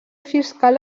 fiscal